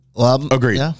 Agreed